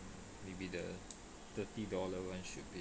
maybe the thirty dollar one should be